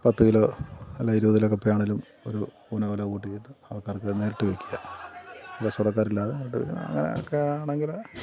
പത്ത് കിലോ അല്ല ഇരുപത് കിലോ കപ്പ ആണെങ്കിലും ഒരു ചെയ്തു ആൾക്കാർക്ക് നേരിട്ട് വിൽക്കുക കച്ചവടക്കാരില്ലാതെ നേരിട്ട് വിൽക്കുക അങ്ങനെയൊക്കെ ആണെങ്കിൽ